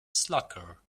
slacker